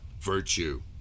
Virtue